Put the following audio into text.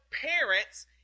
parents